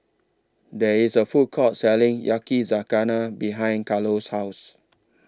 There IS A Food Court Selling Yakizakana behind Carlo's House